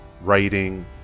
writing